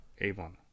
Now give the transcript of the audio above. avon